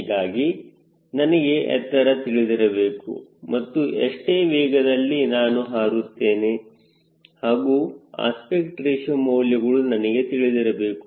ಹೀಗಾಗಿ ನನಗೆ ಎತ್ತರ ತಿಳಿದಿರಬೇಕು ಮತ್ತು ಎಷ್ಟು ವೇಗದಲ್ಲಿ ನಾನು ಹಾರುತ್ತೇನೆ ಹಾಗೂ ಅಸ್ಪೆಕ್ಟ್ ರೇಶಿಯೋ ಮೌಲ್ಯಗಳು ನನಗೆ ತಿಳಿದಿರಬೇಕು